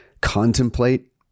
contemplate